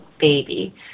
baby